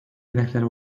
hedeflere